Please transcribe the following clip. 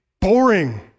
boring